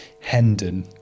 Hendon